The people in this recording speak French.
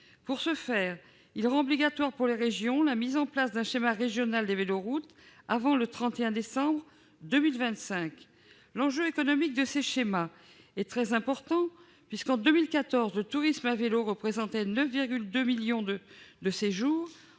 vise à rendre obligatoire pour les régions la mise en place d'un schéma régional des véloroutes avant le 31 décembre 2025. L'enjeu économique de ces schémas est très important puisqu'en 2014 le tourisme à vélo représentait 9,2 millions de séjours,